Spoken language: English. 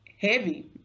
heavy